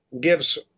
gives